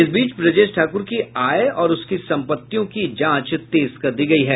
इस बीच ब्रजेश ठाकुर की आय और उसकी संपत्तियों की जांच तेज कर दी गयी है